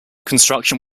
construction